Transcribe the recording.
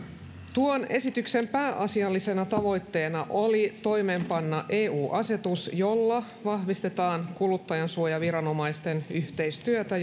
tuon esityksen pääasiallisena tavoitteena oli toimeenpanna eu asetus jolla vahvistetaan kuluttajansuojaviranomaisten yhteistyötä